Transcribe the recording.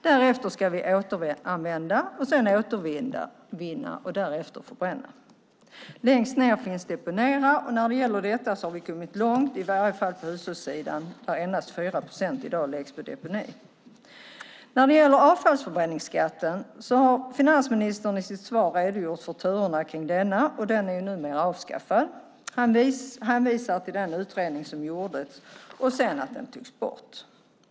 Därefter ska vi återanvända, sedan återvinna och därefter förbränna. Längst ned finns deponering. När det gäller detta har vi kommit långt, i varje fall på hushållssidan, där endast 4 procent i dag läggs på deponi. Finansministern har i sitt svar redogjort för turerna kring avfallsförbränningsskatten, och den är numera avskaffad. Han hänvisar till den utredning som gjordes innan den togs bort.